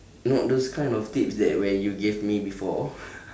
not those kind of tips that where you gave me before